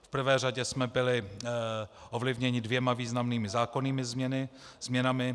V prvé řadě jsme byli ovlivněni dvěma významnými zákonnými změnami.